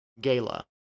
gala